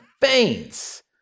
faints